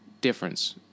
difference